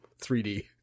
3D